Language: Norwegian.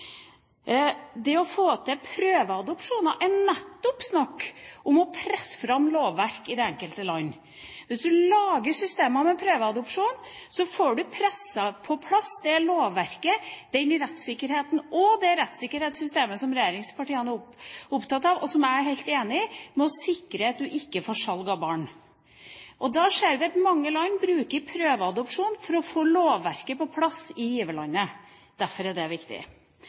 Det å få til prøveadopsjoner er nettopp snakk om å presse fram lovverk i det enkelte land. Hvis man lager systemer for prøveadopsjon, får man presset på plass det lovverket, den rettssikkerheten og det rettssikkerhetssystemet som regjeringspartiene er opptatt av, og som jeg er helt enig i, for å sikre at man ikke får salg av barn. Vi ser at mange land bruker prøveadopsjon for å få lovverket på plass i giverlandet. Derfor er det viktig.